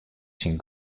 syn